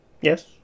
Yes